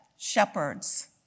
shepherds